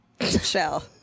shell